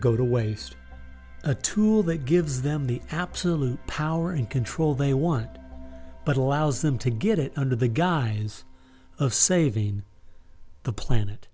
go to waste a tool that gives them the absolute power and control they want but allows them to get it under the guise of saving the planet